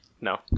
no